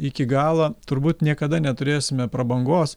iki galo turbūt niekada neturėsime prabangos